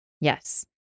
Yes